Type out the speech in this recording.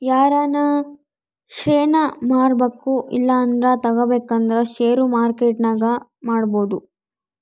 ಯಾರನ ಷೇರ್ನ ಮಾರ್ಬಕು ಇಲ್ಲಂದ್ರ ತಗಬೇಕಂದ್ರ ಷೇರು ಮಾರ್ಕೆಟ್ನಾಗ ಮಾಡ್ಬೋದು